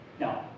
Now